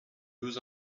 deux